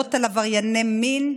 המוגבלות על עברייני מין.